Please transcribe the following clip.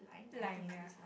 lime ya